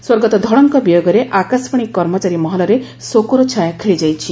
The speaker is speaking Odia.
ସ୍ୱର୍ଗତ ଧଳଙ୍କ ବିୟୋଗରେ ଆକାଶବାଶୀ କର୍ମଚାରୀ ମହଲରେ ଶୋକର ଛାୟା ଖେଳିଯାଇଛି